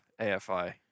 AFI